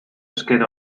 esker